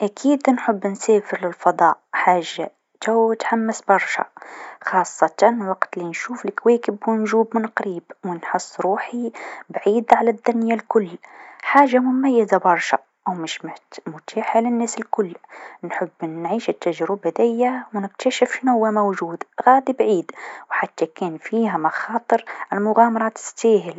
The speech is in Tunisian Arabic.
أكيد نحب نسافر للفضاء حاجه تو تحمس برشا خاصة وقت لنشوف لكواكب و نجوم من لقريب و نحس روحي بعيده عن الدنيا الكل، حاجه مميزه برشا و مش مهت- متيحه للناس الكل، نحب نعيش تجربه ديا و نكتشف شنوا موجود غادي بعيد و حتى كان فيها مخاطر، المغامره تستاهل.